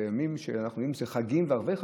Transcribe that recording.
זה חגים וערבי חגים.